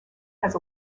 has